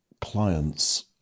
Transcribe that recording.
clients